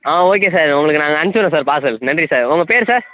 ஆ okay sir உங்களுக்கு நாங்கள் அனுப்பிச்சி விடுறேன் சார் பார்சல் நன்றி சார் உங்கள் பேரு சார்